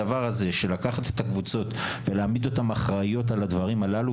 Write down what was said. הדבר הזה של לקחת את הקבוצות ולהעמיד אותן כאחראיות על הדברים הללו,